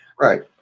Right